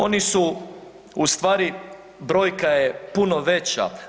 Oni su, u stvari brojka je puno veća.